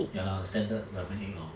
ya lah the standard rubber egg lor